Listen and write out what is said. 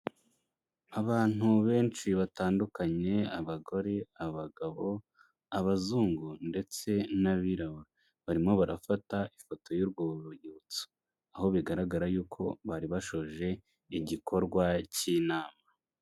Abantu benshi batandukanye abagore, abagabo, abazungu ndetse n'abirabura barimo barafata ifoto y'urwibutso aho bigaragara yuko bari bashoje igikorwa cy'inama.